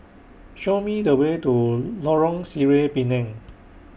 Show Me The Way to Lorong Sireh Pinang